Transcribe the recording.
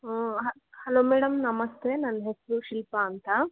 ಹ್ಞೂ hello madam namaste ನನ್ನ ಹೆಸರು ಶಿಲ್ಪಾ ಅಂತ